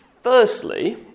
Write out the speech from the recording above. Firstly